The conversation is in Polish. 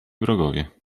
wrogowie